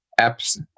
apps